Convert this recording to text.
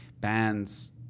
bands